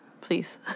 Please